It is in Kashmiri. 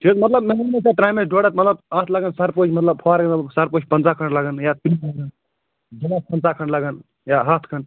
چھِ حظ مطلب مےٚ ووٚنمَے ژےٚ تَرٛامیٚس ڈۄڈ ہتھ مطلب اَتھ لَگن سرپوش مطلب فار ایٚگزامپٕل سرپوش پنٛژاہ کھنٛڈ لَگن یا گِلاس پنٛژاہ کھنٛڈ لَگن یا ہتھ کھنٛڈ